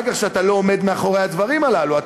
כך שאתה לא עומד מאחורי הדברים הללו.